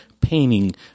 painting